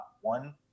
one